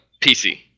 PC